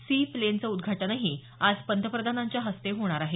C प्लेनचं उद्घाटनही आज पंतप्रधानांच्या हस्ते होणार आहे